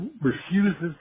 refuses